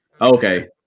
Okay